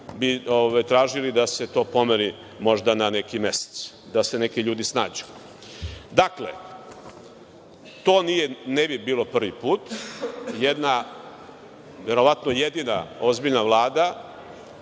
bi tražili da se to pomeri, možda na neki mesec. Da se neki ljudi snađu. Dakle, to ne bi bilo prvi put, jedna, verovatno jedina ozbiljna Vlada